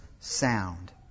sound